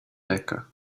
becca